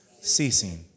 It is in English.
ceasing